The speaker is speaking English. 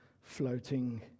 floating